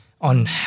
on